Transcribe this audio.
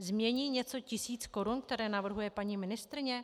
Změní něco tisíc korun, které navrhuje paní ministryně?